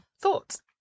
thoughts